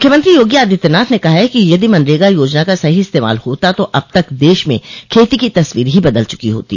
मुख्यमंत्री योगी आदित्यनाथ ने कहा है कि यदि मनरेगा योजना का सही इस्तेमाल होता तो अब तक देश में खेती की तस्वीर ही बदल चुकी होती